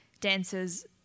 dancers